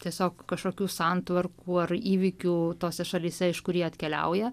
tiesiog kažkokių santvarkų ar įvykių tose šalyse iš kur jie atkeliauja